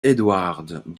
edward